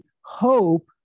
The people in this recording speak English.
hope